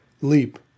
leap